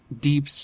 deep